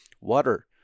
water